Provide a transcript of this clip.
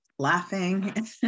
laughing